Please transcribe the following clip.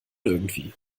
irgendwie